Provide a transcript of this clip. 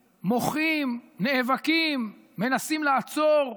מוחים, נאבקים, מנסים לעצור.